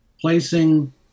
placing